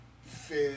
Fish